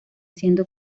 siendo